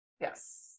Yes